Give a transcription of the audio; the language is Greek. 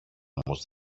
όμως